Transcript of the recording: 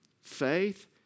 Faith